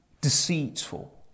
deceitful